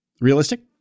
realistic